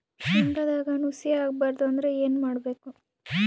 ಶೇಂಗದಾಗ ನುಸಿ ಆಗಬಾರದು ಅಂದ್ರ ಏನು ಮಾಡಬೇಕು?